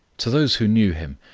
to those who knew him,